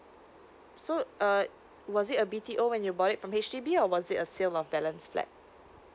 so uh was it a B_T_O when you bought it from H_D_B or was it a sales of balance flat